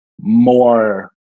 more